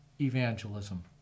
evangelism